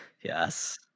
Yes